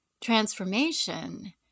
transformation